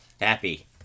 Happy